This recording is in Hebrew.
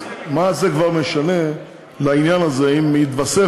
אז מה זה כבר משנה לעניין הזה אם יתווספו